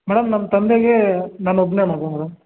madam ನಮ್ಮ ತಂದೆಗೆ ನಾನು ಒಬ್ಬನೇ ಮಗ ಮೇಡಮ್